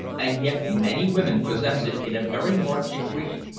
and yet many women possess it in a very marked degree.